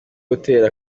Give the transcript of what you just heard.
gutera